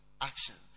actions